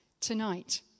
tonight